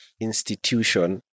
institution